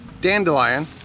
dandelion